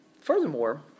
furthermore